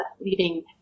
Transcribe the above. leading